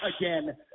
again